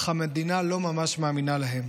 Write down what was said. אך המדינה לא ממש מאמינה להם.